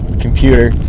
computer